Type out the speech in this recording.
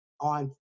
on